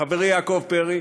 חברי יעקב פרי,